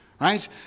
Right